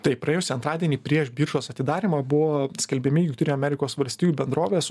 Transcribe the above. taip praėjusį antradienį prieš biržos atidarymą buvo skelbiami jungtinių amerikos valstijų bendrovės